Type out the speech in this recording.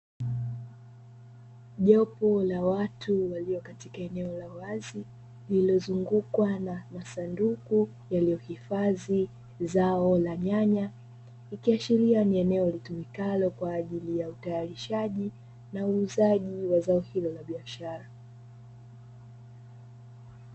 Jopo la watu walio katika eneo la wazi lililozungukwa na masanduku yaliyohifadhi zao la nyanya, likiashiria ni eneo litumikalo kwa ajili ya utayarishaji na uuzaji wa zao hilo la biashara.